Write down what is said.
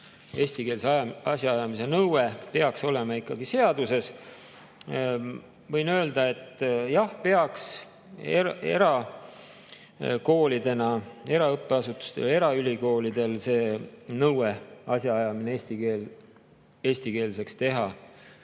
eestikeelse asjaajamise nõue peaks olema ikkagi seaduses. Võin öelda, et jah, peaks. Erakoolidel, eraõppeasutustel või eraülikoolidel see nõue asjaajamine eestikeelseks teha